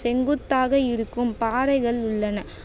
செங்குத்தாக இருக்கும் பாறைகள் உள்ளன